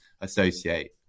associate